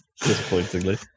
disappointingly